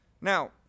Now